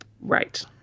Right